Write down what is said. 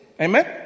Amen